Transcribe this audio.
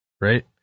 right